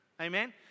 Amen